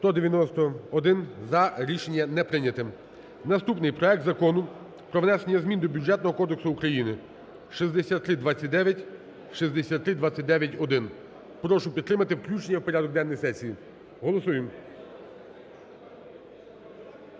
За-191 Рішення не прийнято. Наступний: проект Закону про внесення змін до Бюджетного кодексу України (6329, 6329-1). Прошу підтримати включення в порядок денний сесії. Голосуєм.